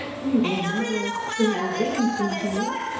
we will never go away from here